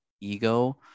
ego